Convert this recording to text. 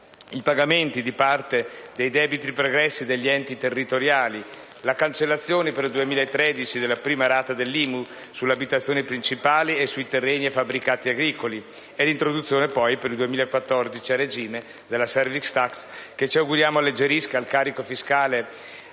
i pagamenti di parte dei debiti pregressi degli enti territoriali; la cancellazione per il 2013 della prima rata dell'IMU sull'abitazione principale e sui terreni e fabbricati agricoli; l'introduzione per il 2014, a regime, della *service tax*, che ci auguriamo alleggerisca il carico fiscale